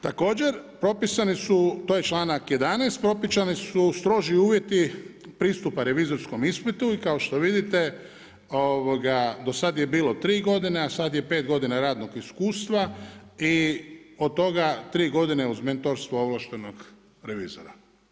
Također propisani su, to je članak 11. propisani su stroži uvjeti pristupa revizorskom ispitu i kao što vidite do sad je bilo 3 godine, a sad je 5 godina radnog iskustva i od toga 3 godine uz mentorstvo ovlaštenog revizora.